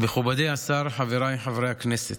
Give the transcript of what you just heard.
מכובדי השר, חבריי חברי הכנסת,